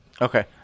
Okay